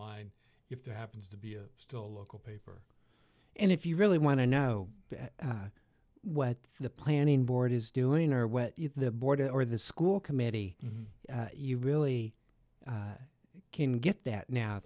line if there happens to be a still local paper and if you really want to know what the planning board is doing or what the board or the school committee you really can get that now